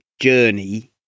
journey